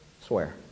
swear